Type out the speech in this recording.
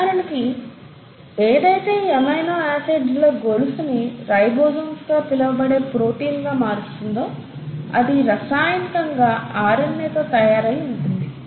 ఉదాహరణకి ఏదైతే ఈ ఎమినో ఆసిడ్స్ ల గొలుసుని రైబోసోమ్స్ గా పిలవబడే ప్రోటీన్ గా మారుస్తుందోఅది రసాయనికంగా ఆర్ఎన్ఏ తో తయారయ్యి ఉంటుంది